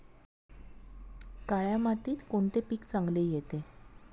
काळ्या मातीत कोणते पीक चांगले येते?